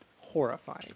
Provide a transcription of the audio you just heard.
horrifying